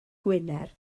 gwener